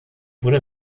wurde